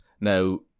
Now